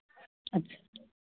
अच्छा